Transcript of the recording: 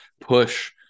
push